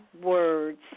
words